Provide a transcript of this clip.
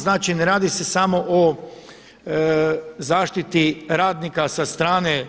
Znači ne radi se samo o zaštiti radnika sa strane